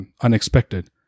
unexpected